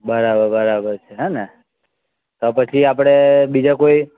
બરાબર બરાબર છે હે ને તો પછી આપણે બીજા કોઈ